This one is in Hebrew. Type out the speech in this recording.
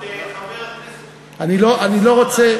אני לא רוצה,